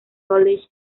college